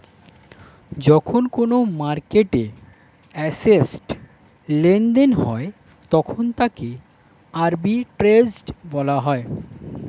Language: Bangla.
যখন কোনো মার্কেটে অ্যাসেট্ লেনদেন হয় তখন তাকে আর্বিট্রেজ বলা হয়